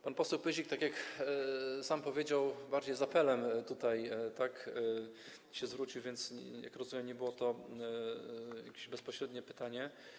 Pan poseł Pyzik, tak jak sam powiedział, bardziej z apelem się tutaj zwrócił, więc, jak rozumiem, nie było to jakieś bezpośrednie pytanie.